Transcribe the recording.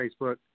Facebook